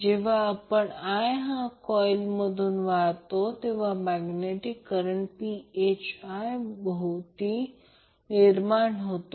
जेव्हा current i हा coil मधून वाहतो मैग्नेटिक करंट phi हा त्याभोवती निर्माण होतो